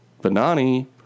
Banani